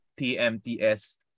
TMTS